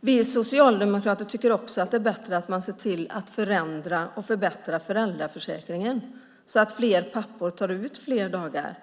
Vi socialdemokrater tycker också att det är bättre att man ser till att förändra och förbättra föräldraförsäkringen så att fler pappor tar ut fler dagar.